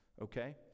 okay